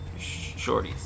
shorties